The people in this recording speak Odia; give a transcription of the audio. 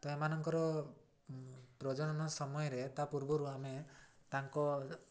ତ ଏମାନଙ୍କର ପ୍ରଜନନ ସମୟରେ ତା' ପୂର୍ବରୁ ଆମେ ତାଙ୍କ